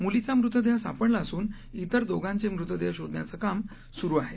मुलीचा मृतदेह सापडला असून तिर दोघांचे मृतदेह शोधण्याचं काम सुरू आहे